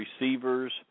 receivers